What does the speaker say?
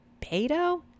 Beto